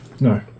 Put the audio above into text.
No